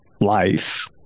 life